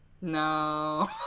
No